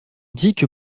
dit